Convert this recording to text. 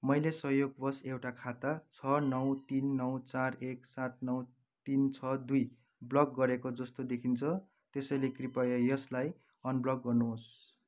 मैले संयोगवश एउटा खाता छ नौ तिन नौ चार एक सात नौ तिन छ दुई ब्लक गरेको जस्तो देखिन्छ त्यसैले कृपया यसलाई अनब्लक गर्नुहोस्